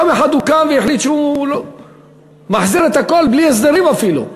יום אחד הוא קם והחליט שהוא מחזיר את הכול בלי הסדרים אפילו.